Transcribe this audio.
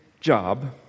job